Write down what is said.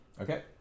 Okay